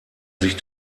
sich